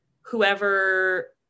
whoever